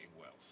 wealth